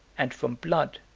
and from blood